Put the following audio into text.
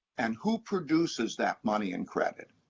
and who produces that money and credit.